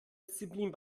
disziplin